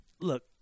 look